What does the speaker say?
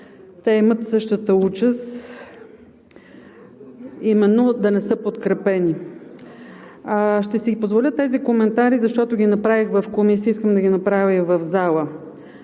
те имат същата участ – да не са подкрепени. Ще си позволя тези коментари, защото ги направих и в Комисията, искам да ги направя и в залата.